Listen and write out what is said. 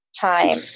time